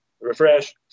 refresh